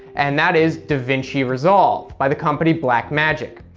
and that is davinci resolve, by the company blackmagic.